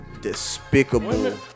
despicable